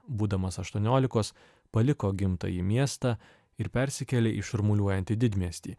būdamas aštuoniolikos paliko gimtąjį miestą ir persikėlė į šurmuliuojantį didmiestį